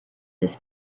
this